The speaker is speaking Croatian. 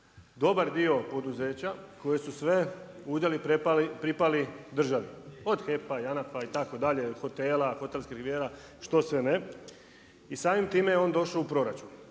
dobar dio poduzeća koje su sve udjeli pripali državi od HEP-a i Arapa itd., hotela, hotelskih rivijera, što sve ne i samim time je on došao u proračun.